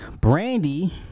brandy